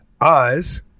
Eyes